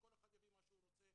שכל אחד יביא מה שהוא רוצה,